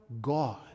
God